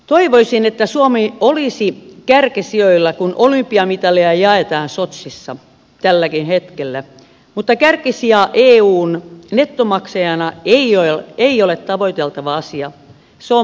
toivoisin että suomi olisi kärkisijoilla kun olympiamitaleja jaetaan sotsissa tälläkin hetkellä mutta kärkisija eun nettomaksajana ei ole tavoiteltava asia se on valitettavasti tosiasia